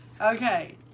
Okay